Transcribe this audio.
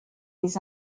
des